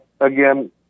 again